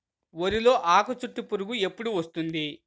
వరిలో ఆకుచుట్టు పురుగు ఎప్పుడు వస్తుంది?